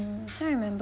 so remembered